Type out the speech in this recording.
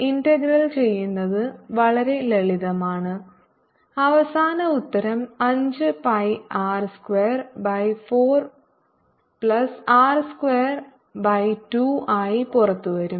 integral ചെയ്യുന്നത് വളരെ ലളിതമാണ് അവസാന ഉത്തരം 5 pi R square by 4 plus R square by 2 ആയി പുറത്തുവരും